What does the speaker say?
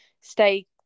stay